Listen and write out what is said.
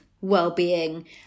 well-being